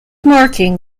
marking